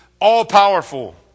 all-powerful